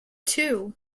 two